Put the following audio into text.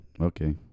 Okay